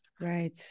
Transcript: Right